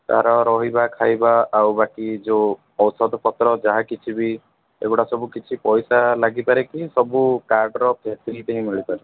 ତା'ର ରହିବା ଖାଇବା ଆଉ ବାକି ଯେଉଁ ଔଷଧ ପତ୍ର ଯାହା କିଛି ବି ଏଗୁଡ଼ା ସବୁ କିଛି ପଇସା ଲାଗିପାରେ କି ସବୁ କାର୍ଡ଼୍ର ଫ୍ୟାସିଲିଟି ହିଁ ମିଳିପାରେ